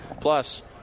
Plus